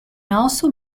also